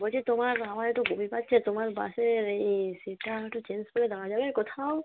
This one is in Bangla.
বলছি তোমার আমার একটু বমি পাচ্ছে তোমার বাসের এই সিটটা একটু চেঞ্জ করে দেওয়া যাবে কোথাও